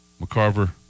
McCarver